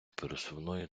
пересувної